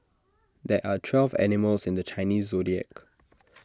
there are twelve animals in the Chinese Zodiac